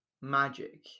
magic